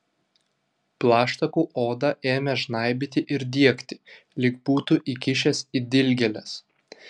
plaštakų odą ėmė žnaibyti ir diegti lyg būtų įkišęs į dilgėles